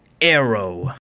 Arrow